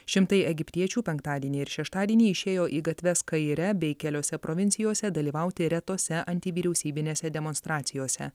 šimtai egiptiečių penktadienį ir šeštadienį išėjo į gatves kaire bei keliose provincijose dalyvauti retose antivyriausybinėse demonstracijose